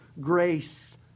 grace